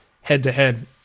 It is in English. head-to-head